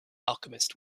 alchemist